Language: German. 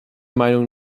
meinung